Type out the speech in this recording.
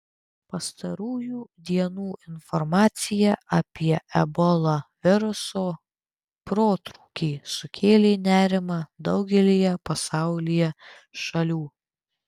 pastarųjų dienų informacija apie ebola viruso protrūkį sukėlė nerimą daugelyje pasaulyje šalių